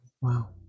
Wow